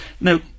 now